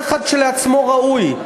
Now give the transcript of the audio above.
טילי הנ"מ האלה, שכל אחד כשלעצמו ראוי.